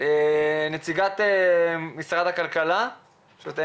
נציגת משרד הכלכלה אנסטסיה ליטביננק בבקשה.